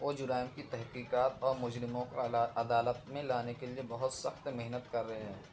وہ جرائم کی تحقیقات اور مجرموں کو علا عدالت میں لانے کے لیے بہت سخت محنت کر رہے ہیں